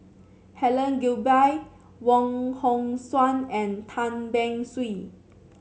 Helen Gilbey Wong Hong Suen and Tan Beng Swee